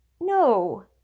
no